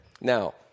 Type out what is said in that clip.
Now